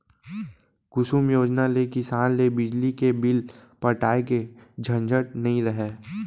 कुसुम योजना ले किसान ल बिजली के बिल पटाए के झंझट नइ रहय